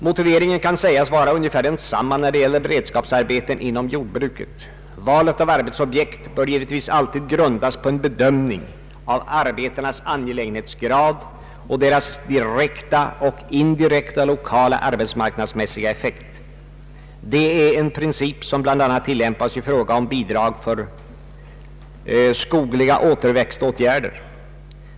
Motiveringen kan sägas vara ungefär densamma när det gäller beredskapsarbeten inom jordbruket. Valet av arbetsobjekt bör givetvis alltid grundas på en bedömning av arbetenas angelägenhetsgrad och deras direkta och indirekta lokala arbetsmarknadsmässiga effekt. Det är en princip som bl.a. tilllämpas i fråga om bidrag för skogliga återväxtåtgärder.